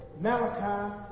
Malachi